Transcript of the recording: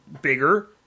bigger